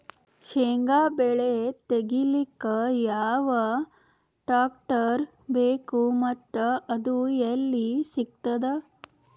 ಶೇಂಗಾ ಬೆಳೆ ತೆಗಿಲಿಕ್ ಯಾವ ಟ್ಟ್ರ್ಯಾಕ್ಟರ್ ಬೇಕು ಮತ್ತ ಅದು ಎಲ್ಲಿ ಸಿಗತದ?